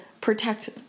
protect